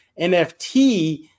NFT